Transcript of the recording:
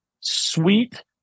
sweet